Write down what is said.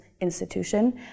institution